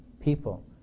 people